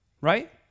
right